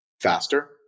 faster